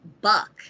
Buck